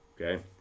okay